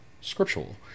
scriptural